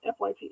FYP